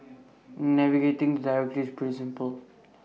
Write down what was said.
navigating the directory is pretty simple